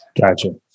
Gotcha